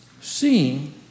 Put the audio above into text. Seeing